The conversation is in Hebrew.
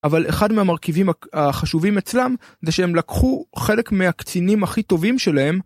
אבל אחד מהמרכיבים החשובים אצלם, זה שהם לקחו חלק מהקצינים הכי טובים שלהם.